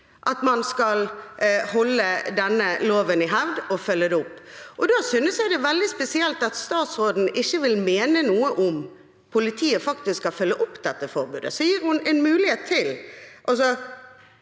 at man skal holde denne loven i hevd og følge den opp. Da synes jeg det er veldig spesielt at statsråden ikke vil mene noe om politiet faktisk skal følge opp dette forbudet. Jeg gir henne en mulighet til: